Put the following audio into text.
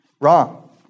wrong